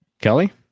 Kelly